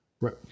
right